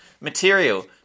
Material